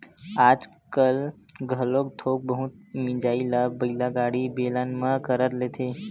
आजकाल घलोक थोक बहुत मिजई ल बइला गाड़ी, बेलन म कर लेथे